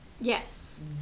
yes